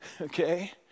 Okay